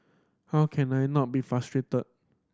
how can I not be frustrated